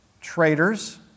Traitors